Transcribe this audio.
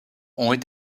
ont